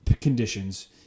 conditions